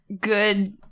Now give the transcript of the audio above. good